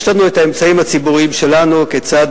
יש לנו האמצעים הציבוריים שלנו כיצד